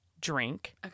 Drink